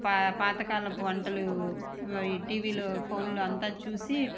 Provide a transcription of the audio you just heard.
పా పాత కాలపు వంటలు ఈ టీవిలో ఫోన్లో అంతా చూసి